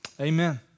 Amen